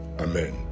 amen